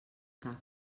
cap